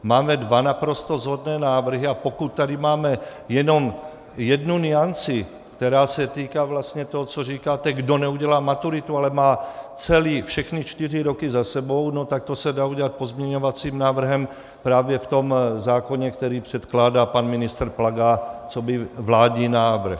Máme dva naprosto shodné návrhy, a pokud tady máme jenom jednu nuanci, která se týká vlastně toho, co říkáte: kdo neudělá maturitu, ale má všechny čtyři roky za sebou tak to se dá udělat pozměňovacím návrhem právě v tom zákoně, který předkládá pan ministr Plaga coby vládní návrh.